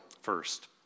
first